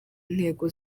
ntego